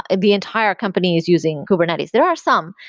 and the entire companies using kubernetes. there are some,